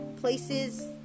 places